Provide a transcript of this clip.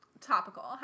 Topical